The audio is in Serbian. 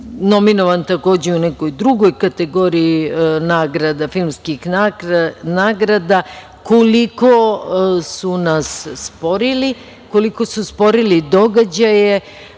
nominovan je takođe i u nekoj drugoj kategoriji filmskih nagrada, koliko su nas sporili, koliko su sporili događaje